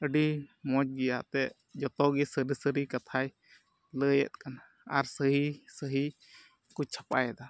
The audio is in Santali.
ᱟᱹᱰᱤ ᱢᱚᱡᱽ ᱜᱮᱭᱟ ᱮᱱᱮᱫ ᱡᱚᱛᱚᱜᱮ ᱥᱟᱹᱨᱤᱼᱥᱟᱹᱨᱤ ᱠᱟᱛᱷᱟᱭ ᱞᱟᱹᱭᱮᱫ ᱠᱟᱱᱟ ᱟᱨ ᱥᱟᱹᱦᱤᱼᱥᱟᱹᱦᱤ ᱠᱚ ᱪᱷᱟᱯᱟᱭᱮᱫᱟ